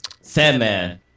Sandman